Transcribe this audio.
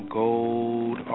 gold